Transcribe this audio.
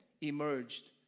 emerged